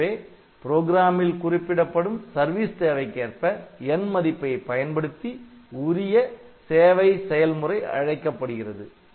எனவே ப்ரோக்ராமில் குறிப்பிடப்படும் சர்வீஸ் தேவைக்கேற்ப 'n' மதிப்பை பயன்படுத்தி உரிய சேவை செயல்முறை அழைக்கப்படுகிறது